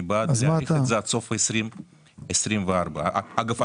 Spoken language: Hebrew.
אני בעד להאריך את זה עד סוף 2024. אגב,